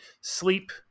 sleep